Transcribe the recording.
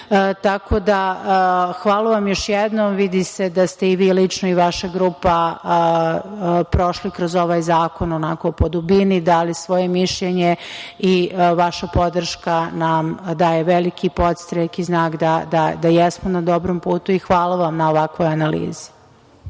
podataka. Hvala vam još jednom. Vidi se da ste i vi lično i vaša grupa prošli kroz ovaj zakon onako po dubini, dali svoje mišljenje i vaša podrška nam daje veliki podstrek i znak da jesmo na dobrom putu. Hvala vam na ovakvoj analizi.